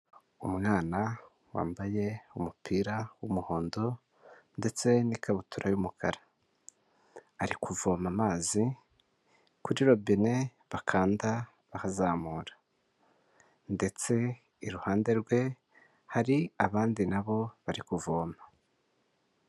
Umwana wambaye umupira w'umuhondo, ndetse n'ikabutura y'umukara ari kuvoma amazi kuri robine, bakanda bazamura, ndetse iruhande rwe, hari abandi nabo bari kuvoma.